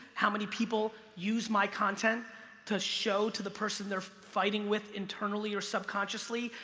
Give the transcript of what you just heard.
how many people use my content to show to the person they're fighting with internally or subconsciously,